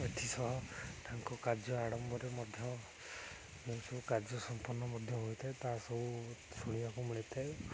ଏଥି ସହ ତାଙ୍କ କାର୍ଯ୍ୟ ଆଡ଼ମ୍ବରରେ ମଧ୍ୟ ସବୁ କାର୍ଯ୍ୟ ସମ୍ପନ୍ନ ମଧ୍ୟ ହୋଇଥାଏ ତା' ସବୁ ଶୁଣିବାକୁ ମିଳିଥାଏ